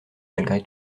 malgré